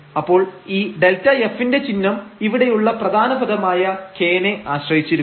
അപ്പോൾ ഈ Δf ന്റെ ചിഹ്നം ഇവിടെയുള്ള പ്രധാന പദമായ k നെ ആശ്രയിച്ചിരിക്കും